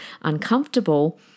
uncomfortable